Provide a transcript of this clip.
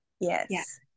Yes